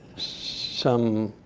some